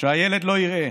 שהילד לא יראה.